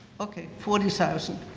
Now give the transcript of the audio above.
okay forty thousand,